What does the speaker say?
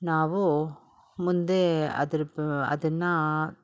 ನಾವು ಮುಂದೆ ಅದರ ಪ ಅದನ್ನು